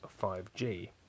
5G